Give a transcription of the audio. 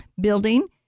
building